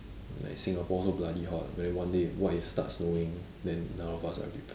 like singapore so bloody hot then one day what if starts snowing then none of us are prepared